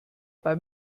bei